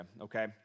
okay